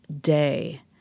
day